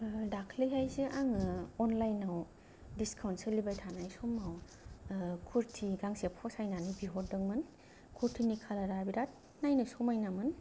दाख्लैहायसो आङो अनलाइनआव डिस्काउन्ट सोलिबाय थानाय समाव आह कुर्ति गांसे फसायनानै बिहरदोंमोन कुर्तिनि कालारा बिरात नायनो समायना मोन